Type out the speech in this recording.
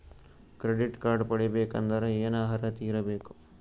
Credit card ಪಡಿಬೇಕಂದರ ಏನ ಅರ್ಹತಿ ಇರಬೇಕು?